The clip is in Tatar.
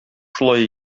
шулай